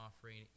offering